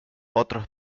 otros